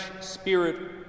spirit